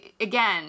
again